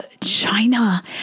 China